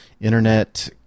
internet